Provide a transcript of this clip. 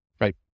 Right